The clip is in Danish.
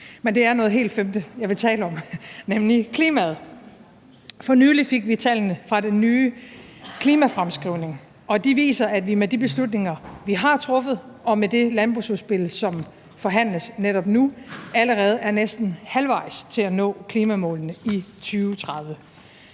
Men det er noget helt femte, jeg vil tale om, nemlig klimaet. For nylig fik vi tallene fra den nye klimafremskrivning, og de viser, at vi med de beslutninger, som vi har truffet, og med det landbrugsudspil, som forhandles netop nu, allerede er næsten halvvejs til at nå klimamålene i 2030.